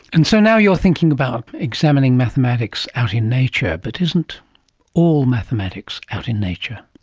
and so now you're thinking about examining mathematics out in nature, but isn't all mathematics out in nature?